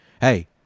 hey